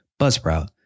Buzzsprout